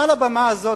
מעל הבמה הזאת,